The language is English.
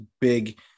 big